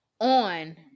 on